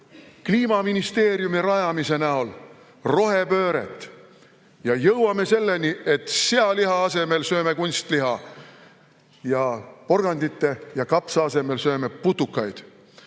kliimaministeeriumi rajamise näol rohepööret ja jõuame selleni, et sealiha asemel sööme kunstliha ning porgandite ja kapsa asemel sööme putukaid.